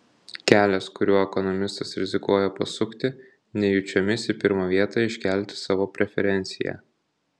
kelias kuriuo ekonomistas rizikuoja pasukti nejučiomis į pirmą vietą iškelti savo preferenciją